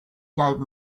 gave